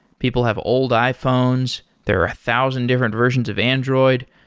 people have old iphones, there are a thousand different versions of android.